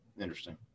Interesting